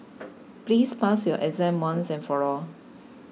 please pass your exam once and for all